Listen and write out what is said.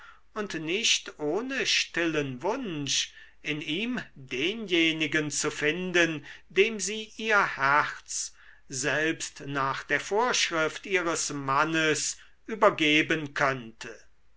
und nicht ohne stillen wunsch in ihm denjenigen zu finden dem sie ihr herz selbst nach der vorschrift ihres mannes übergeben könnte